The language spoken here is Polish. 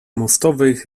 mostowych